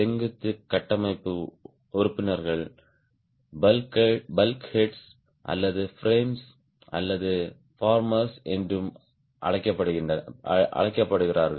செங்குத்து கட்டமைப்பு உறுப்பினர்கள் பல்க் ஹெர்ட்ஸ் அல்லது பிரேம்ஸ் அல்லது ஃபார்மர்கள் என்றும் அழைக்கப்படுகிறார்கள்